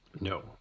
No